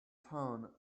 town